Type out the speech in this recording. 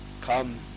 come